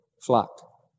flock